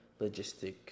logistic